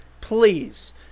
Please